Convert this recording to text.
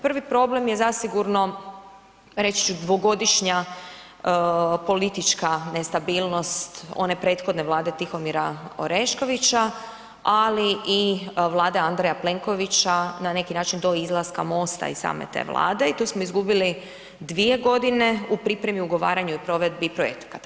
Prvi problem je zasigurno reći ću dvogodišnja politička nestabilnost one prethodne Vlade Tihomira Oreškovića ali i Vlade Andreja Plenkovića na neki način do izlaska MOST-a i same te Vlade i tu smo izgubili 2 g. u pripremi, ugovaranju i provedbi projekata.